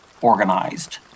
organized